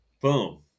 boom